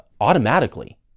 automatically